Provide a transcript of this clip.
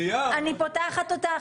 שלום, אני פותח את הישיבה.